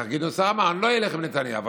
גדעון סער אמר: אני לא אלך עם נתניהו,